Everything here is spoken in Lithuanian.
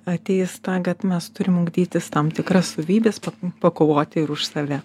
ateis tą kad mes turim ugdytis tam tikras savybes pakovoti ir už save